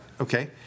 okay